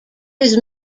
his